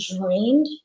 drained